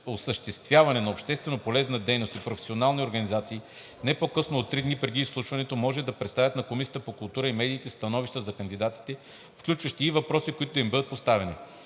осъществяване на общественополезна дейност, и професионални организации не по-късно от три дни преди изслушването може да представят на Комисията по културата и медиите становища за кандидатите, включващи и въпроси, които да им бъдат поставени.